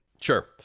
Sure